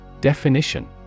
Definition